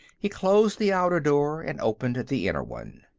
he closed the outer door and opened the inner one.